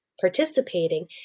participating